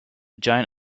giant